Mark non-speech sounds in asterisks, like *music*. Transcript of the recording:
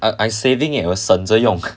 I I saving eh 我省着用 leh *laughs*